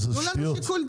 זה שטויות,